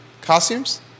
costumes